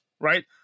right